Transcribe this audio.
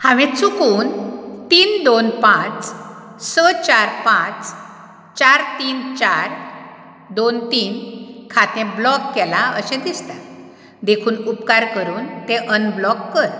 हांवें चुकून तीन दोन पांच स चार पांच चार तीन चार दोन तीन खातें ब्लॉक केलां अशें दिसता देखून उपकार करून तें अनब्लॉक कर